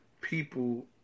people